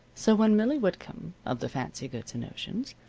so when millie whitcomb, of the fancy goods and notions,